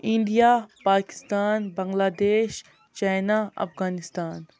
India Pakistan Bangladesh China Afghanistan